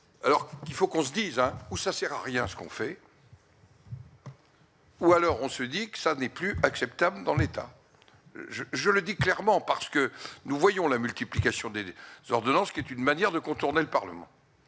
Alors il faut qu'on se dise où ça sert à rien, ce qu'on fait. Ou alors on se dit que ça n'est plus acceptable dans l'État, je le dis clairement parce que nous voyons la multiplication de ce genre de Lens qui est une manière de contourner le Parlement,